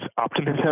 optimism